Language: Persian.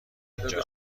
اینجا